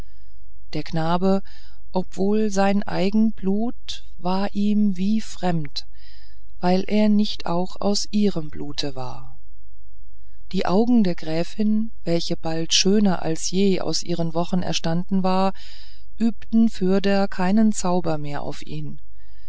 der knabe obwohl sein eigen blut war ihm wie fremd weil er nicht auch aus ihrem blute war die augen der gräfin welche bald schöner als je aus ihren wochen erstanden war übten fürder keinen zauber mehr auf ihn